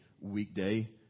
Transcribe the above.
weekday